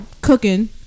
cooking